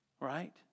right